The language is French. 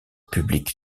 public